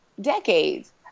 decades